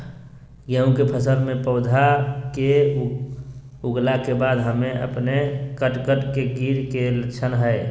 गेहूं के फसल में पौधा के उगला के बाद अपने अपने कट कट के गिरे के की लक्षण हय?